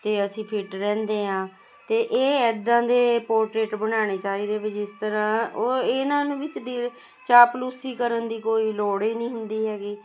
ਅਤੇ ਅਸੀਂ ਫਿਟ ਰਹਿੰਦੇ ਹਾਂ ਤਾਂ ਇਹ ਇੱਦਾਂ ਦੇ ਪੋਰਟਰੇਟ ਬਣਾਉਣੇ ਚਾਹੀਦੇ ਵੀ ਜਿਸ ਤਰ੍ਹਾਂ ਉਹ ਇਹਨਾਂ ਨੂੰ ਵੀ ਚਾਪਲੂਸੀ ਕਰਨ ਦੀ ਕੋਈ ਲੋੜ ਹੀ ਨਹੀਂ ਹੁੰਦੀ ਹੈਗੀ